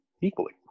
equally